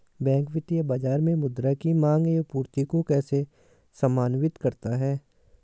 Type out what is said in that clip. Bank वित्तीय बाजार में मुद्रा की माँग एवं पूर्ति को कैसे समन्वित करता है?